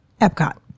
Epcot